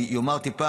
אני אומר טיפה: